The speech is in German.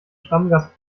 stammgast